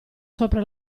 sopra